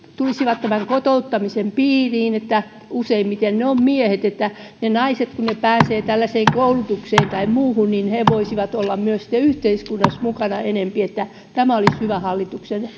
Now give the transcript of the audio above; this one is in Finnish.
tulisivat tämän kotouttamisen piiriin kun useimmiten siinä ovat miehet kun naiset pääsevät tällaiseen koulutukseen tai muuhun niin hekin voisivat olla sitten myös yhteiskunnassa mukana enempi tämä olisi hyvä hallituksen